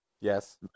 yes